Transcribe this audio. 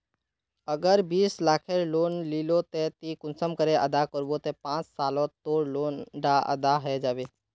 अगर बीस लाखेर लोन लिलो ते ती कुंसम करे अदा करबो ते पाँच सालोत तोर लोन डा अदा है जाबे?